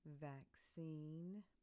vaccine